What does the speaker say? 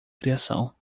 criação